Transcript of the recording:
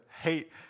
hate